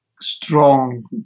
strong